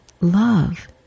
love